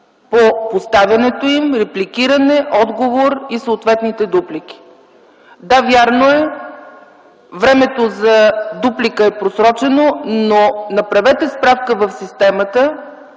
по поставянето им, репликиране, отговори и съответните дуплики. Да, вярно е времето за дуплика е просрочено. Но направете справка в системата